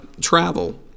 travel